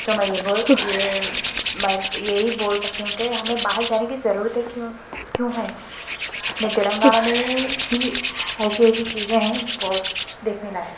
تو میں یہ بول یہ میں یہی بول سکتی ہوں کہ ہمیں باہر جانے کی ضرورت ہی کیوں کیوں ہے اپنے تلنگانہ میں ہی ایسی ایسی چیزیں ہیں وہ دیکھنے لائق